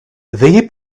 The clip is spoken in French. veuillez